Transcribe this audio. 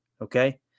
Okay